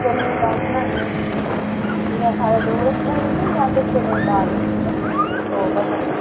चने दी दाल बनान्ने जियां साढ़ै डोगरें च बनाई जंदी नी ज्यादतर चने दी दाल ओह् पाइयै